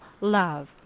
love